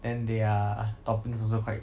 then their toppings also quite